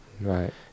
Right